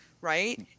right